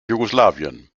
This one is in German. jugoslawien